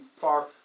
far